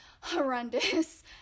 horrendous